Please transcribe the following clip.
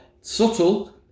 subtle